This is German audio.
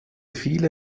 viele